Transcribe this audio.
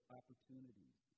opportunities